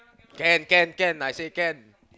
can can can I say can